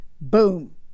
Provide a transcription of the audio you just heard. Boom